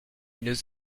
nous